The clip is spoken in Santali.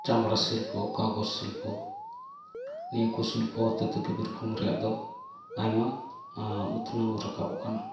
ᱪᱟᱢᱲᱟ ᱥᱤᱞᱯᱚ ᱠᱟᱜᱚᱡᱽ ᱥᱤᱞᱯᱚ ᱱᱤᱭᱟᱹ ᱠᱚ ᱥᱤᱞᱯᱚ ᱦᱚᱛᱮ ᱛᱮᱜᱮ ᱵᱤᱨᱵᱷᱩᱢ ᱨᱮᱭᱟᱜ ᱫᱚ ᱟᱭᱢᱟ ᱩᱛᱱᱟᱹᱣ ᱨᱟᱠᱟᱵ ᱟᱠᱟᱱᱟ